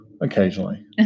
Occasionally